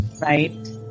Right